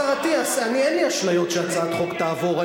השר אטיאס, אין לי אשליות שהצעת החוק תעבור.